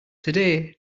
today